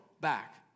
back